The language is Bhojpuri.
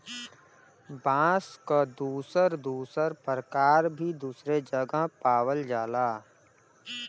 बांस क दुसर दुसर परकार भी दुसरे जगह पावल जाला